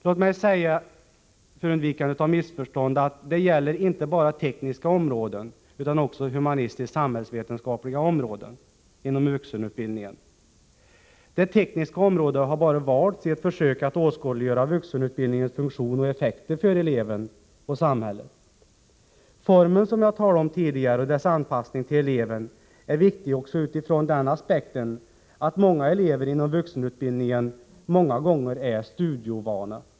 Låt mig säga, för undvikande av missförstånd, att detta gäller inte bara tekniska områden utan också humanistiskt-samhällsvetenskapliga områden inom vuxenutbildningen. Det tekniska området har valts bara i ett försök att åskådliggöra vuxenutbildningens funktion och effekter för eleven och samhället. Formen som jag talade om tidigare och dess anpassning till eleven är viktig också utifrån den aspekten att många elever inom vuxenutbildningen är studieovana.